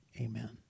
Amen